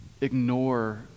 ignore